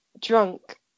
drunk